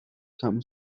come